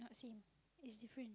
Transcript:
not same it's different